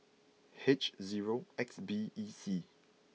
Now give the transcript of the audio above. H zero X B E C